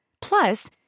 Plus